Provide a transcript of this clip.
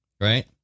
right